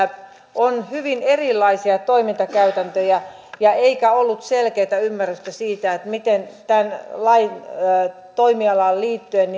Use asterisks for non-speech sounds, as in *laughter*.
on hyvin erilaisia toimintakäytäntöjä eikä ollut selkeätä ymmärrystä siitä miten tämän lain toimialaan liittyen *unintelligible*